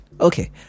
okay